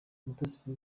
umutesi